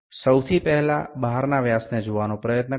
প্রথমে বাহ্যিক ব্যাস দেখার চেষ্টা করি